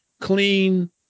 Clean